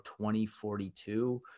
2042